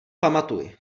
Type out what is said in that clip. pamatuj